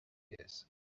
dears